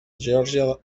geòrgia